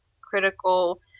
critical